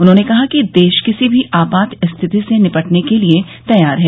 उन्होंने कहा कि देश किसी भी आपात स्थिति से निपटने के लिए तैयार है